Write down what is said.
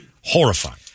horrifying